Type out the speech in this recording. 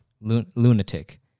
lunatic